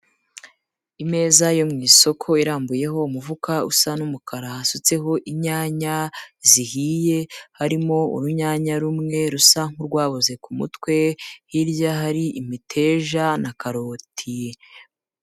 Imeza yo mu isoko irambuyeho umufuka usa n'umukara, hasutseho inyanya zihiye; harimo urunyanya rumwe rusa nk'urwaboze ku mutwe, hirya hari imiteja na karoti.